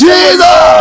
Jesus